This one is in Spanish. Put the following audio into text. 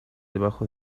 debajo